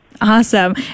Awesome